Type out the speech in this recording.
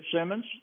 Simmons